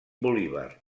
bolívar